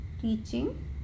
teaching